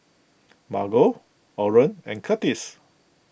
Margo Oren and Kurtis